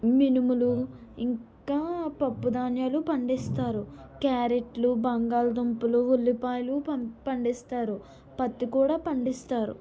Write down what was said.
మినుములు ఇంకా పప్పు ధాన్యాలు పండిస్తారు క్యారెట్లు బంగాళదుంపలు ఉల్లిపాయలు పంపి పండిస్తారు పత్తి కూడా పండిస్తారు